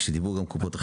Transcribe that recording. כשדיברו גם קופות אחרות,